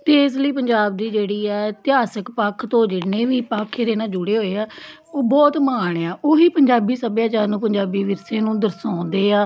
ਅਤੇ ਇਸ ਲਈ ਪੰਜਾਬ ਦੀ ਜਿਹੜੀ ਹੈ ਇਤਿਹਾਸਿਕ ਪੱਖ ਤੋਂ ਜਿੰਨੇ ਵੀ ਪੱਖ ਇਹਦੇ ਨਾਲ ਜੁੜੇ ਹੋਏ ਆ ਉਹ ਬਹੁਤ ਮਾਣ ਆ ਉਹੀ ਪੰਜਾਬੀ ਸੱਭਿਆਚਾਰ ਨੂੰ ਪੰਜਾਬੀ ਵਿਰਸੇ ਨੂੰ ਦਰਸਾਉਂਦੇ ਆ